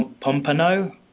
Pompano